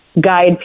guide